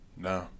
No